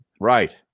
Right